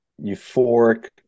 euphoric